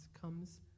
comes